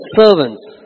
servants